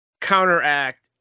counteract